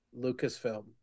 lucasfilm